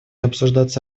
обсуждаться